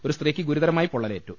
ഒരു സ്ത്രീയ്ക്ക് ഗുരുതരമായി പൊള്ളലേറ്റു